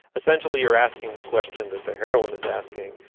essentially you're asking the question that the heroine is asking,